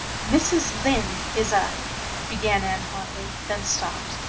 mrs. lynde is a began anne hotly then stopped.